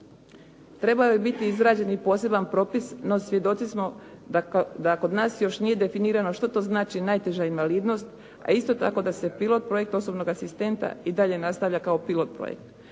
Trebao je biti izrađen i poseban propis, no svjedoci smo da kod nas još nije definirano što to znači najteža invalidnost a isto tako da se pilot projekt osobnog asistenta i dalje nastavlja kao pilot projekt